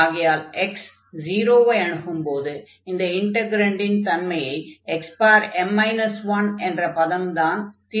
ஆகையால் x 0 ஐ அணுகும்போது இந்த இன்டக்ரன்டின் தன்மையை xm 1என்ற பதம்தான் தீர்மானிக்கும்